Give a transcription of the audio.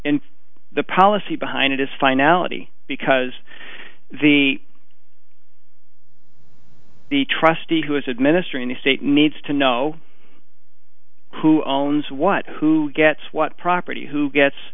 in the policy behind it is finality because the the trustee who is administering the state needs to know who owns what who gets what property who gets